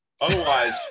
Otherwise